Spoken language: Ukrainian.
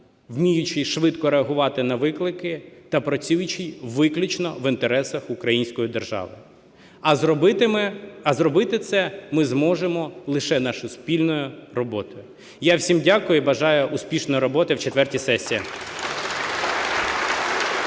вміючий швидко реагувати на виклики та працюючий виключно в інтересах української держави. А зробити це ми зможемо лише нашою спільною роботою. Я всім дякую і бажаю успішної роботи в четвертій сесії.